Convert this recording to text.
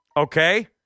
Okay